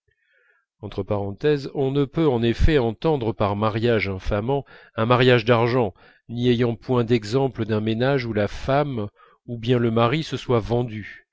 on ne peut en effet entendre par mariage infamant un mariage d'argent n'y ayant point d'exemple d'un ménage où la femme ou bien le mari se soient vendus